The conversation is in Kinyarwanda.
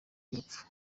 n’urupfu